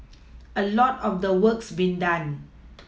a lot of the work's been done